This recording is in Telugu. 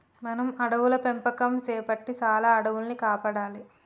మనం అడవుల పెంపకం సేపట్టి చాలా అడవుల్ని కాపాడాలి